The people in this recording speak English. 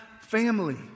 family